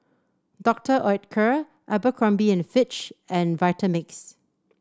Doctor Oetker Abercrombie and Fitch and Vitamix